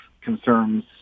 concerns